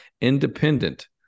independent